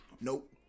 nope